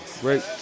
Great